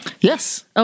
Yes